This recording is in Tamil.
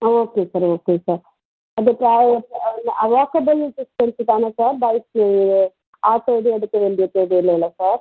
ஓகே சார் ஓகே சார் அந்த வாக்கஃபுள் டிஸ்ட்டன்ஸ் தானே சார் பைக்கு ஆட்டோ எதும் எடுக்க வேண்டிய தேவயில்லைல்ல சார்